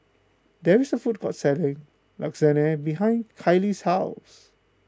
there is a food court selling Lasagne behind Kailey's house